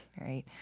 right